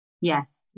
Yes